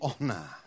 honor